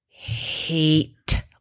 Hate